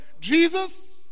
Jesus